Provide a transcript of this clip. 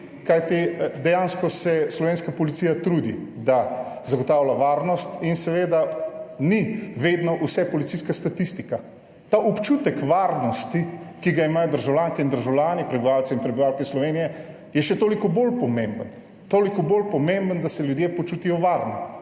dejansko se slovenska policija trudi, da zagotavlja varnost in seveda ni vedno vse policijska statistika, ta občutek varnosti, ki ga imajo državljanke in državljani, prebivalci in prebivalke Slovenije, je še toliko bolj pomemben, toliko bolj pomemben, da se ljudje počutijo varne